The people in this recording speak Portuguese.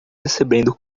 recebendo